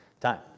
time